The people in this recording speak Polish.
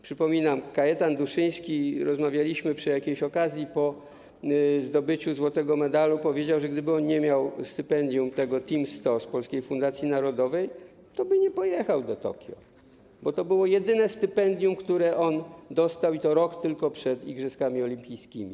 Przypominam, Kajetan Duszyński, rozmawialiśmy przy jakiejś okazji po zdobyciu złotego medalu, powiedział, że gdyby on nie miał stypendium Team 100 z Polskiej Fundacji Narodowej, toby nie pojechał do Tokio, bo to było jedyne stypendium, które on dostał, i to tylko rok przed igrzyskami olimpijskimi.